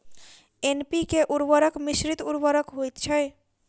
NPK उर्वरक मिश्रित उर्वरक होइत छै